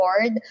Board